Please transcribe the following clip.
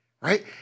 right